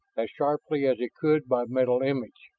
as sharply as he could by mental image.